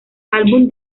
álbum